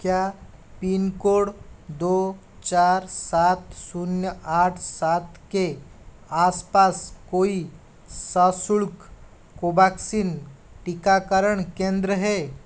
क्या pin code दो चार सात शून्य आठ सात के आस पास कोई सशुल्क कोबैक्सीन टीकाकरण केंद्र हैं